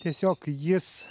tiesiog jis